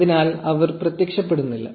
അതിനാൽ അവർ പ്രത്യക്ഷപ്പെടുന്നില്ല